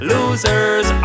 Losers